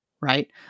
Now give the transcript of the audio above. Right